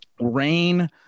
rain